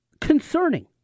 concerning